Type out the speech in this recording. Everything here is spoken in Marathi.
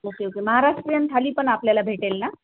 ओके ओके महाराष्ट्रीयन थाली पण आपल्याला भेटेल ना